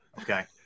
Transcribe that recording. okay